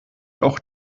auch